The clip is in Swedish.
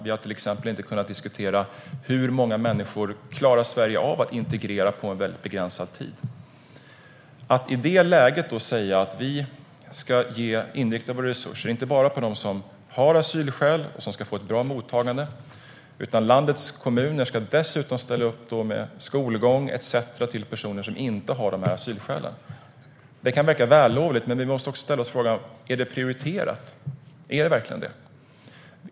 Vi har till exempel inte kunnat diskutera hur många människor Sverige klarar av att integrera på väldigt begränsad tid. Att i det läget säga att vi inte ska inrikta våra resurser enbart på dem som har asylskäl och som ska få ett bra mottagande utan att landets kommuner dessutom ska ställa upp med skolgång etcetera till personer som inte har asylskäl kan verka vällovligt, men vi måste ställa frågan om det är prioriterat. Är det verkligen det?